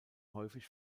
häufig